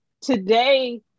Today